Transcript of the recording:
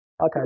Okay